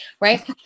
right